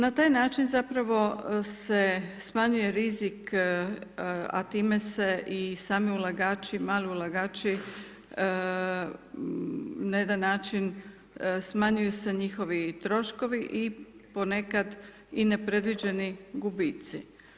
Na taj način zapravo se smanjuje rizik a time se i sami ulagači, mali ulagači na jedan način smanjuju se njihovi troškovi i ponekad i nepredviđeni gubitci.